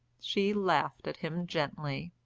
she laughed at him gently.